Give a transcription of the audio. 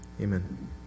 amen